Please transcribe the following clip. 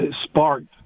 sparked